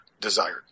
desired